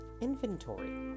inventory